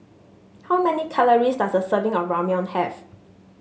how many calories does a serving of Ramyeon have